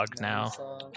now